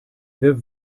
wer